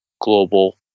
global